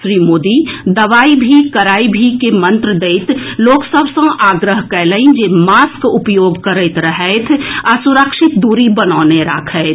श्री मोदी दवाई भी कड़ाई भी के मंत्र दैत लोक सभ सँ आग्रह कयलनि जे मास्क उपयोग करैत रहथि आ सुरक्षित दूरी बनौने राखथि